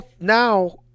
now